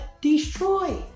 destroy